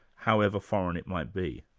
however foreign it might be.